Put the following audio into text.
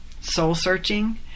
soul-searching